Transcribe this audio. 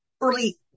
early